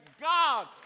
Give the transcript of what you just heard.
God